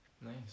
Nice